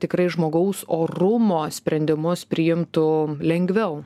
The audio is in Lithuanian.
tikrai žmogaus orumo sprendimus priimtų lengviau